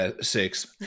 Six